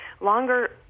longer